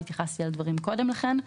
והתייחסתי לדברים קודם לכן.